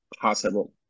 possible